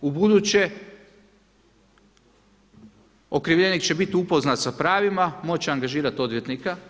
U buduće okrivljenik će bit upoznat sa pravima, moći angažirati odvjetnika.